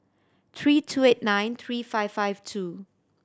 three two eight nine three five five two